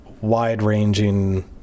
wide-ranging